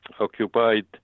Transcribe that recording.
occupied